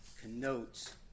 connotes